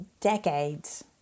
decades